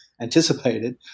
anticipated